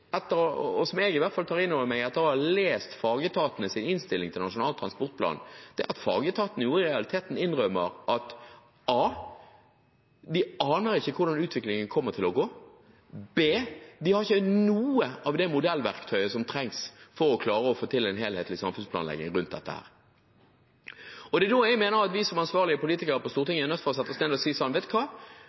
og som jeg i hvert fall tar inn over meg etter å ha lest fagetatenes innstilling til Nasjonal transportplan, er at fagetatene i realiteten innrømmer at de aner ikke hvordan utviklingen kommer til å gå, og de har ikke noe av det modellverktøyet som trengs for å klare å få til en helhetlig samfunnsplanlegging rundt dette. Det er da jeg mener at vi som ansvarlige politikere på Stortinget er nødt til å sette oss ned og si at vet du hva,